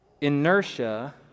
Inertia